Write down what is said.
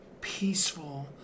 peaceful